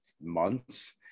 months